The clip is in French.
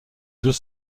deux